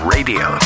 Radio